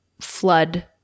flood